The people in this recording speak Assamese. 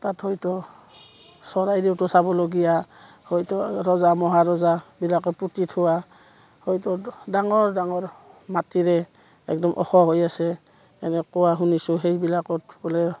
তাত হয়তো চৰাইদেউতো চাবলগীয়া হয়তো ৰজা মহৰজা এইবিলাকক পুতি থোৱা হয়তো ডাঙৰ ডাঙৰ মাটিৰে একদম ওখ হৈ আছে এনে কোৱা শুনিছোঁ সেইবিলাকত বোলে